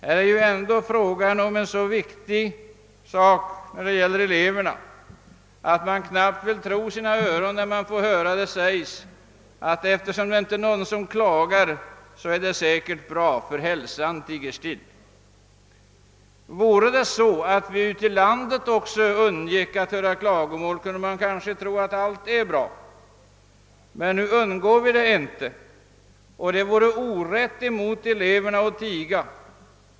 Här är det ändå fråga om en så viktig sak när det gäller eleverna att man knappt vill tro sina öron när det sägs: Eftersom inga klagomål ingått är allt säkert bra — hälsan tiger still. Kunde vi ute i landet också undgå att höra klagomål kunde man kanske tro att allt är bra. Nu undgår vi emellertid inte detta, och det vore orätt gentemot eleverna att tiga.